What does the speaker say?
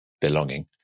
belonging